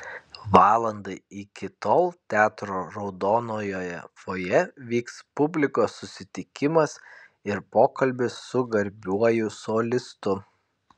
valandą iki tol teatro raudonojoje fojė vyks publikos susitikimas ir pokalbis su garbiuoju solistu